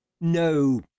No